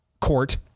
court